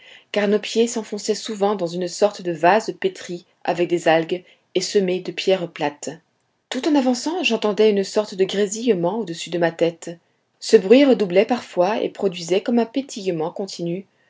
car nos pieds s'enfonçaient souvent dans une sorte de vase pétrie avec des algues et semée de pierres plates tout en avançant j'entendais une sorte de grésillement au-dessus de ma tête ce bruit redoublait parfois et produisait comme un pétillement continu